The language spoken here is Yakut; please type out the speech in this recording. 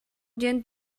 диэн